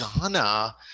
Ghana